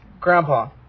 grandpa